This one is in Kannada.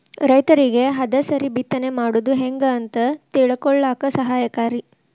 ರೈತರಿಗೆ ಹದಸರಿ ಬಿತ್ತನೆ ಮಾಡುದು ಹೆಂಗ ಅಂತ ತಿಳಕೊಳ್ಳಾಕ ಸಹಾಯಕಾರಿ